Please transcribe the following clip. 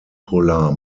polar